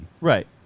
right